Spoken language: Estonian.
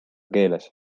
keeles